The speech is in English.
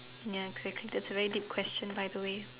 ya exactly that's a very deep question by the way